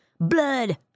blood